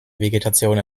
vegetation